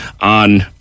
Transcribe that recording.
on